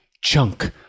chunk